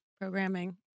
programming